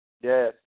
Yes